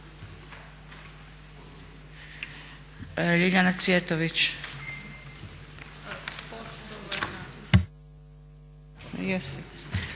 Ljiljana Cvjetović.